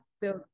build